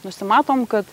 nusimatom kad